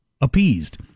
appeased